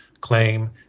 claim